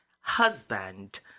husband